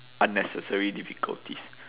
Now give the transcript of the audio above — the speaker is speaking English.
unnecessary difficulties